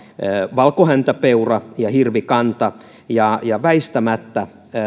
valkohäntäpeura ja hirvikanta väistämättä